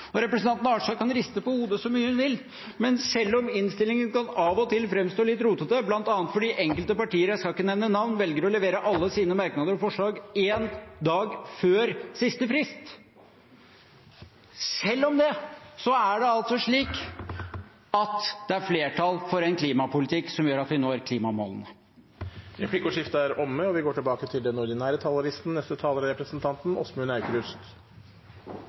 Representanten Arnstad kan riste på hodet så mye hun vil, men selv om innstillingen av og til kan framstå som litt rotete – bl.a. fordi enkelte partier, jeg skal ikke nevne partinavn, velger å innlevere alle sine merknader med forslag en dag før siste frist – er det altså slik at det er flertall for en klimapolitikk som gjør at vi når klimamålene. Replikkordskiftet er omme.